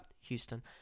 Houston